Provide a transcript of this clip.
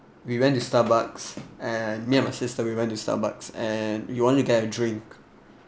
we went to Starbucks and me and my sister we went to Starbucks and we want to get a drink